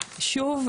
שוב,